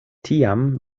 tiam